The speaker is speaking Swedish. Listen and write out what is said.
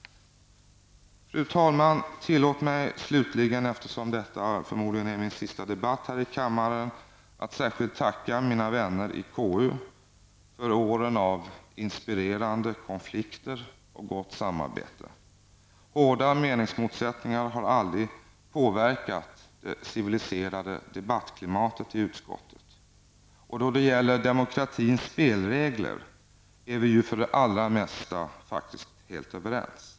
Fru talman! Tillåt mig slutligen, eftersom detta förmodligen är min sista debatt här i kammaren, att särskilt att tacka mina vänner i KU för åren av inspirerande konflikter och gott samarbete. Hårda meningsmotsättningar har aldrig påverkat det civiliserade debattklimatet i utskottet. Då det gäller demokratins spelregler är vi ju för det allra mesta helt överens.